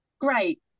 Great